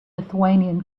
lithuanian